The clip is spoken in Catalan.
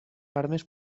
armes